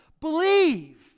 Believe